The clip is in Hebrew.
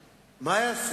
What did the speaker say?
מה?